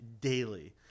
daily